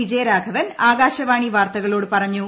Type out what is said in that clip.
വിജയരാഘവൻ ആകാശവാണി വാർത്തകളോട് പറഞ്ഞു